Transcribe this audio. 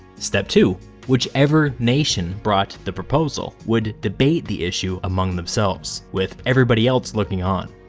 step two whichever nation brought the proposal would debate the issue among themselves, with everybody else looking on.